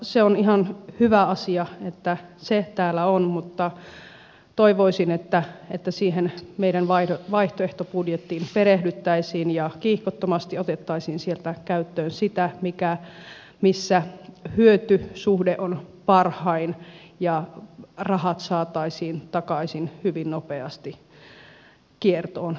se on ihan hyvä asia että se täällä on mutta toivoisin että siihen meidän vaihtoehtobudjettiimme perehdyttäisiin ja kiihkottomasti otettaisiin sieltä käyttöön sitä missä hyötysuhde on parhain ja rahat saataisiin takaisin hyvin nopeasti kiertoon